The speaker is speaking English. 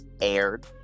aired